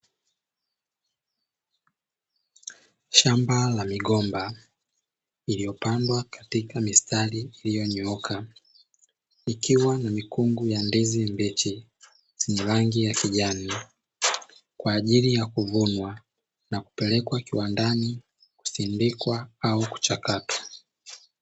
Shamba la migomba, iliyopandwa katika mistari iliyonyooka, likiwa na mikungu ya ndizi mbichi zenye rangi ya kijani kwa ajili ya kuvunwa na kupelekwa kiwandani kwa ajili ya kusindikwa au kuchakatwa.